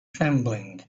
trembling